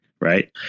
right